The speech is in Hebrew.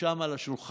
ראשם על השולחן,